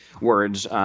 words